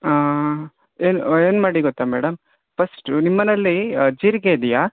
ಏನ್ ಏನು ಮಾಡಿ ಗೊತ್ತಾ ಮೇಡಮ್ ಫಸ್ಟ್ ನಿಮ್ಮನೆಯಲ್ಲಿ ಜೀರಿಗೆ ಇದೆಯಾ